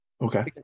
Okay